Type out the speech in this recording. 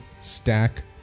stack